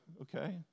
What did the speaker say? Okay